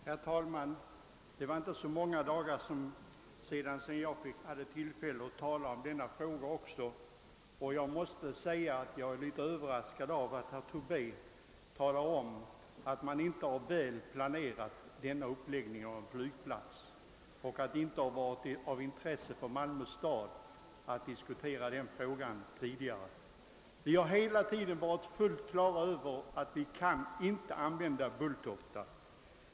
Herr talman! Det är inte många dagar sedan vi sist hade tillfälle att diskutera denna fråga. Jag är överraskad över att herr Tobé säger att man inte väl har planerat förläggningen av denna flygplats och att Malmö stad inte varit intresserad av att diskutera frågan tidigare. Vi har hela tiden varit på det klara med att vi inte kan ha kvar Bulltofta.